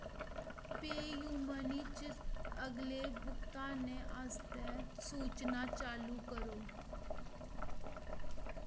पे U Money च अगले भुगतानें आस्तै सूचना चालू करो